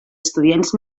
estudiants